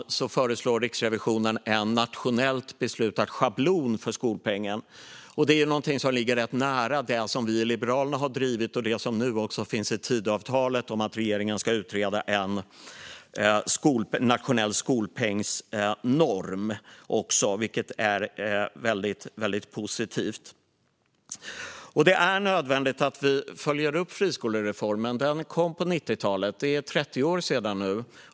Därtill föreslår Riksrevisionen en nationellt beslutad schablon för skolpengen. Det ligger ganska nära det som vi i Liberalerna har drivit och som nu finns med i Tidöavtalet om att regeringen ska utreda en nationell skolpengsnorm. Det är väldigt positivt. Det är nödvändigt att följa upp friskolereformen. Den kom på 90-talet, för 30 år sedan nu.